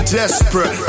desperate